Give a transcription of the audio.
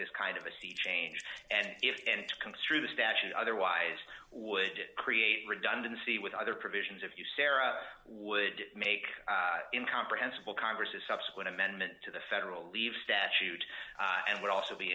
this kind of a sea change and if and construe the statute otherwise would create redundancy with other provisions of userra would make in comprehensible congress a subsequent amendment to the federal leave statute and would also be